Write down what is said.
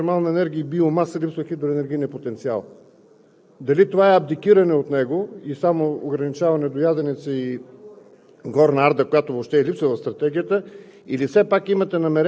това, което сте записали в същата тази стратегия, че потенциалът е от слънчева, геотермална енергия и биомаса, липсва хидроенергийният потенциал? Дали това е абдикиране от него и само ограничаване до „Яденица“ и